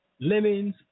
lemons